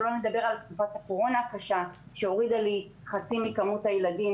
שלא לדבר על תקופת הקורונה הקשה שהורידה לי חצי ממספר הילדים